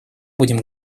будем